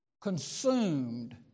consumed